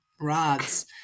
rods